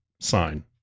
sign